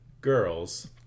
girls